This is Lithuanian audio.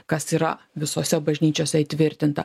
kas yra visose bažnyčiose įtvirtinta